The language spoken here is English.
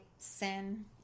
Sin